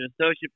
associate